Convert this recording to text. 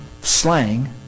slang